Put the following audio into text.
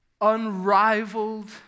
unrivaled